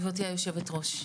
גברתי יושבת הראש,